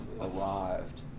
arrived